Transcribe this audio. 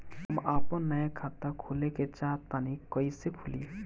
हम आपन नया खाता खोले के चाह तानि कइसे खुलि?